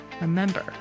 Remember